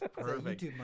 perfect